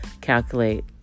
calculate